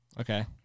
Okay